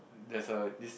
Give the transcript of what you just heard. that's a this